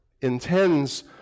intends